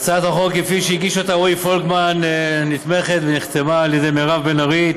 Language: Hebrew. הצעת החוק כפי שהגיש אותה רועי פולקמן נתמכת ונחתמה על ידי מירב בן ארי,